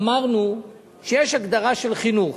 אמרנו שיש הגדרה של חינוך.